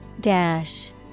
Dash